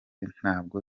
ntabwo